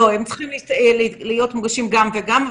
הם צריכים להיות מוגשים גם וגם.